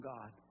God